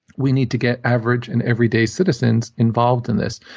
we need to get average and everyday citizens involved in this.